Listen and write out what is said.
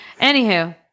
Anywho